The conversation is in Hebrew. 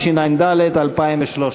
התשע"ד